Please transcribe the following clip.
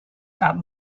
add